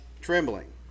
trembling